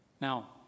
Now